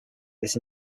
this